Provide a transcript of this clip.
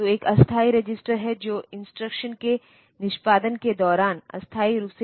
तो एक अस्थायी रजिस्टर है जो इंस्ट्रक्शन के निष्पादन के दौरान अस्थायी रूप से डेटा रखता है